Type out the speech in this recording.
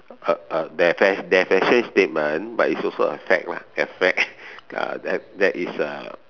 a a their fasbion their fashion statement but is also a fad lah a fad uh that is uh